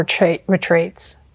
retreats